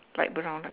light brown light